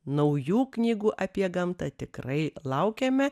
naujų knygų apie gamtą tikrai laukiame